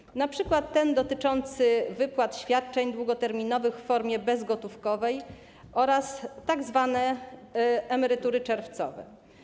Chodzi np. o przepis dotyczący wypłat świadczeń długoterminowych w formie bezgotówkowej oraz o tzw. emerytury czerwcowe.